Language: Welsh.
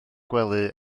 gwely